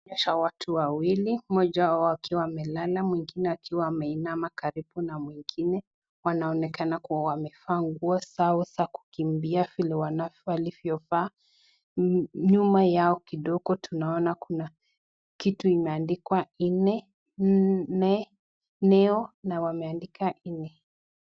Inaonyesha watu wawili mmoja akiwa amelala mwingine akiwa ameinama karibu na mwingine. Wanaonekana kuwa wamevaa nguo zao za kukimbia vile walivyo vaa. Nyuma yao kidogo tunaona kuna kitu imeandikwa neo na wameandika nne.